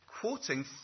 quoting